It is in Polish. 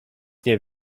nie